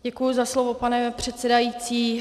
Děkuji za slovo, pane předsedající.